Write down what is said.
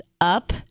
up